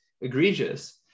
egregious